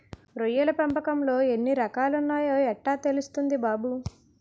రొయ్యల పెంపకంలో ఎన్ని రకాలున్నాయో యెట్టా తెల్సుద్ది బాబూ?